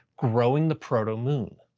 growing the proto-moon.